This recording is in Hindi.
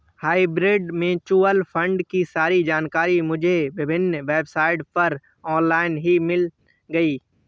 हाइब्रिड म्यूच्यूअल फण्ड की सारी जानकारी मुझे विभिन्न वेबसाइट पर ऑनलाइन ही मिल गयी